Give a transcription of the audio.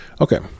Okay